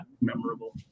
memorable